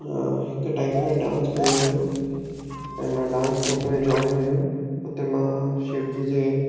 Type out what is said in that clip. हिकु टाइम ते डांस कयो हुयो ऐं मां डांस ग्रुप में जॉइन हुअमि उते मां शिवजी जे